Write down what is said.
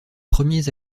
premiers